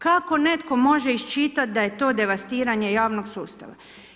Kako netko može iščitati da je to devastiranje javnog sustava.